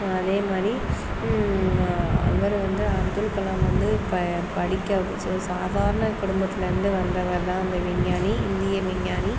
அதேமாதிரி அவர் வந்து அப்துல் கலாம் வந்து படிக்க ஒரு சாதாரண குடும்பத்துலேருந்து வந்தவர் தான் அந்த விஞ்ஞானி இந்திய விஞ்ஞானி